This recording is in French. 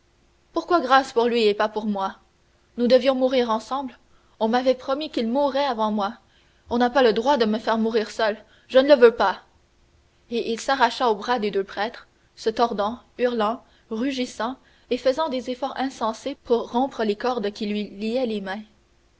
pourquoi grâce pour lui et pas pour moi nous devions mourir ensemble on m'avait promis qu'il mourrait avant moi on n'a pas le droit de me faire mourir seul je ne le veux pas et il s'arracha au bras des deux prêtres se tordant hurlant rugissant et faisant des efforts insensés pour rompre les cordes qui lui liaient les mains